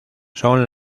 son